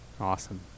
awesome